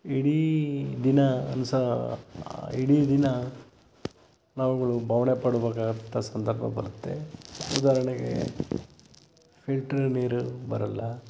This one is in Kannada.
ಇಡೀ ದಿನ ಅನ್ನಿಸೋ ಇಡೀ ದಿನ ನಾವುಗಳು ಬವಣೆಪಡ್ಬೇಕಾದಂಥ ಸಂದರ್ಭ ಬರುತ್ತೆ ಉದಾಹರಣೆಗೆ ಫಿಲ್ಟರ್ ನೀರು ಬರಲ್ಲ